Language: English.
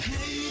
Hey